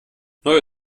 neue